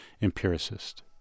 Empiricist